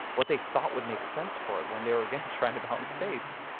what they thought would make sense for it when they were, again, trying to mountain states,